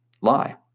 lie